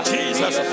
Jesus